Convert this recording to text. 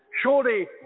surely